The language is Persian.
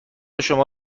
شما